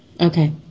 Okay